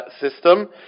system